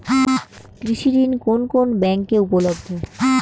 কৃষি ঋণ কোন কোন ব্যাংকে উপলব্ধ?